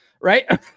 Right